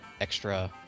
extra